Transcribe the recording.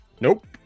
Nope